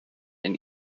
and